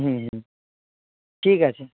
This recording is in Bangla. হুম হুম ঠিক আছে